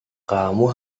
kamu